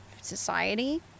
society